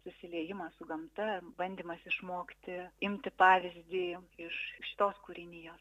susiliejimas su gamta bandymas išmokti imti pavyzdį iš šitos kūrinijos